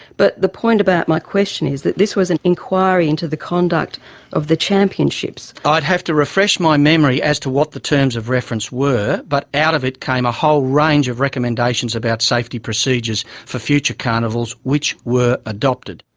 but the point about my question is that this was an inquiry into the conduct of the championships, ralph devlin i'd have to refresh my memory as to what the terms of reference were, but out of it came a whole range of recommendations about safety procedures for future carnivals, which were adopted.